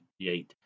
1978